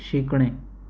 शिकणे